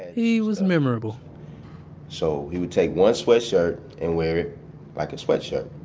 he was memorable so he would take one sweatshirt and wear it like a sweatshirt.